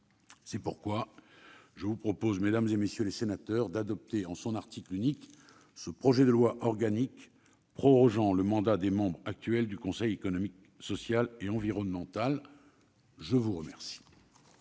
C'est pourquoi je vous propose, mesdames, messieurs les sénateurs, d'adopter le projet de loi organique prorogeant le mandat des membres actuels du Conseil économique, social et environnemental. La parole